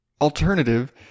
alternative